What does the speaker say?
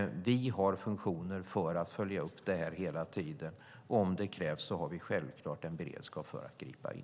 Vi har funktioner för att följa upp det här hela tiden, och om det krävs har vi självklart en beredskap för att gripa in.